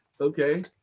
Okay